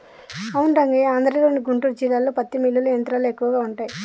అవును రంగయ్య ఆంధ్రలోని గుంటూరు జిల్లాలో పత్తి మిల్లులు యంత్రాలు ఎక్కువగా ఉంటాయి